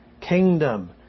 kingdom